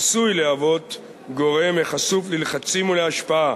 עשוי להיות גורם החשוף ללחצים ולהשפעה